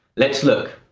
let's look.